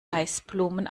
eisblumen